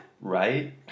Right